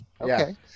Okay